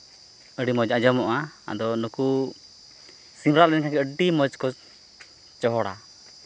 ᱟᱹᱰᱤ ᱢᱚᱡᱽ ᱟᱡᱚᱢᱚᱜᱼᱟ ᱟᱫᱚ ᱱᱩᱠᱩ ᱥᱤᱢ ᱨᱟᱜᱽ ᱞᱮᱱᱠᱷᱟᱱ ᱜᱮ ᱟᱹᱰᱤ ᱢᱚᱡᱽ ᱠᱚ ᱪᱚᱦᱚᱲᱟ